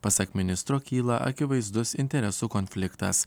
pasak ministro kyla akivaizdus interesų konfliktas